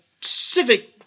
civic